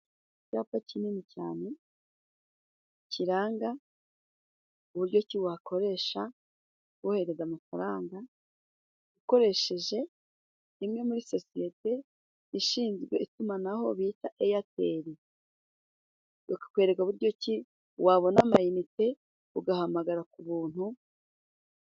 Icyapa kinini cyane kiranga uburyo ki wakoresha wohereza amafaranga ukoresheje imwe muri sosiyete ishinzwe itumanaho bita eyateri ikakwereka buryo ki wabona amayinite ugahamagara ku buntu.